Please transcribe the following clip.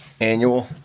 Annual